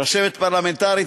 רשמת פרלמנטרית,